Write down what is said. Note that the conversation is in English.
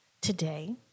Today